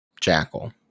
Jackal